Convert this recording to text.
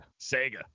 Sega